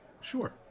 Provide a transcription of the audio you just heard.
Sure